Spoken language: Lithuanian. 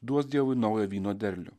duos dievui naują vyno derlių